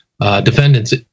defendants